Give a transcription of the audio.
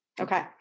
Okay